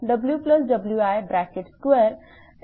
37221